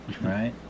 right